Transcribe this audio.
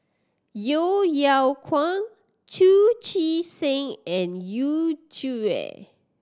Yeo Yeow Kwang Chu Chee Seng and Yu Zhuye